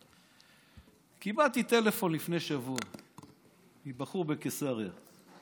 קיבלתי טלפון לפני שבוע מבחור מקיסריה.